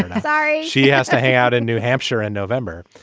sorry. she has to hang out in new hampshire in november.